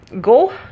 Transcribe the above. Go